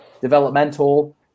developmental